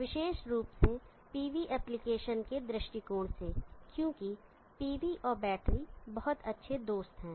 विशेष रूप से pv application के दृष्टिकोण से क्योंकि pv और बैटरी बहुत अच्छे दोस्त हैं